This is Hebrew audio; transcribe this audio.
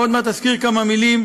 ועוד מעט אזכיר בכמה מילים,